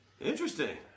Interesting